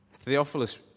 Theophilus